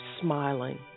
smiling